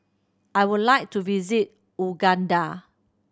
I would like to visit Uganda